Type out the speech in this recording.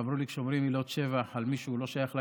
ואמרו לי שכשאומרים מילות שבח על מי שלא שייך לעניין,